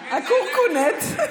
הקורקונט.